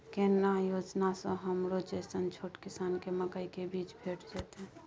केना योजना स हमरो जैसन छोट किसान के मकई के बीज भेट जेतै?